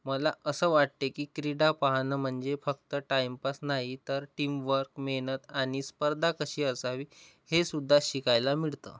मला असं वाटते की क्रीडा पाहणं म्हणजे फक्त टाइमपास नाही तर टीम वर्क मेहनत आणि स्पर्धा कशी असावी हे सुुद्धा शिकायला मिळतं